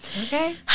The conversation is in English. Okay